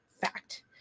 fact